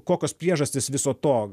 kokios priežastys viso to